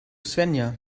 svenja